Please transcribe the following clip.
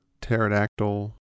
pterodactyl